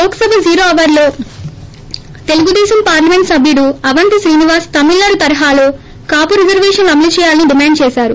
Lok Sabha zero అవర్లో Telugu Desam parliament సబ్యుడు అవంతి శ్రీనివాస్ తమిళనాడు తరహాలో కాపు రిజర్వేషన్ల అమలు చేయాలని డిమాండ్ చేసారు